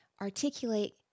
articulate